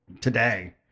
today